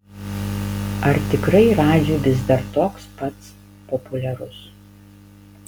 ar tikrai radži vis dar toks pats populiarus